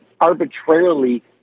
arbitrarily